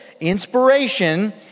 Inspiration